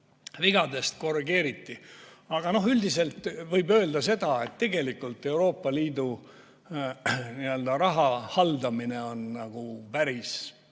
vigadest korrigeeriti. Aga üldiselt võib öelda seda, et tegelikult Euroopa Liidu raha haldamine on päris